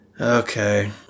Okay